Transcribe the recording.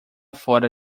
fora